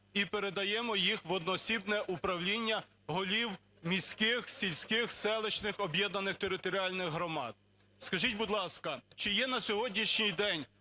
і передаємо їх в одноосібне управління голів міських, сільських, селищних об'єднаних територіальних громад. Скажіть, будь ласка, чи є на сьогоднішній день